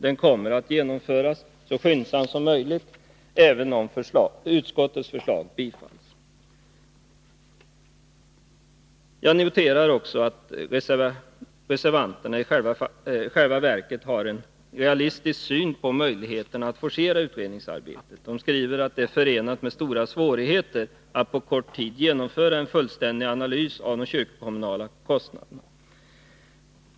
Den kommer att genomföras så skyndsamt som möjligt, även om utskottets förslag bifalls. Jag noterar också att reservanterna i själva verket har en realistisk syn på möjligheterna att forcera utredningsarbetet. De skriver att det är förenat med stora svårigheter att på kort tid genomföra en fullständig analys av de kyrkokommunala kostnaderna.